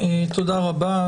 תודה רבה.